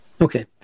Okay